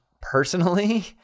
Personally